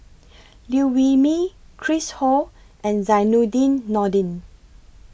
Liew Wee Mee Chris Ho and Zainudin Nordin